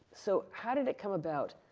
so, how did it come about?